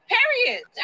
Period